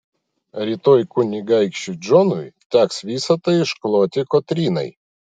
rytoj kunigaikščiui džonui teks visa tai iškloti kotrynai